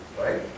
right